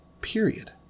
Period